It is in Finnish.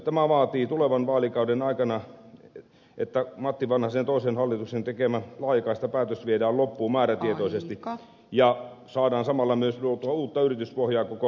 tämä vaatii tulevan vaalikauden aikana että matti vanhasen toisen hallituksen tekemä laajakaistapäätös viedään loppuun määrätietoisesti ja saadaan samalla myös luotua uutta yrityspohjaa koko maahan